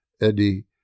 Eddie